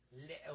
Little